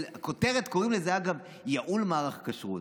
בכותרת קוראים לזה, אגב: ייעול מערך הכשרות.